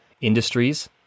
industries